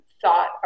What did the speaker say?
thought